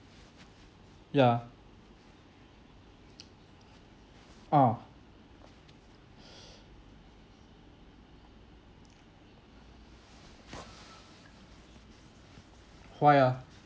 yeah ah why ah